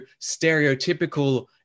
stereotypical